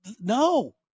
No